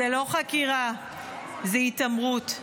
זאת התעמרות.